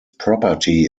property